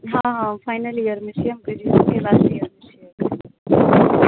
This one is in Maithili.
हँ फाइनल ईयरमे छी ग्रेजुएशनक लास्ट ईयर छियै